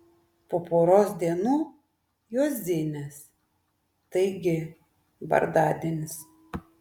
po poros dienų juozinės taigi vardadienis